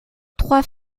trois